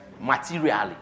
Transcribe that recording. materially